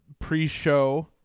pre-show